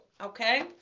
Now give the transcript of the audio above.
Okay